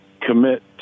commit